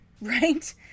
Right